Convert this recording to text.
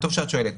טוב שאת שואלת.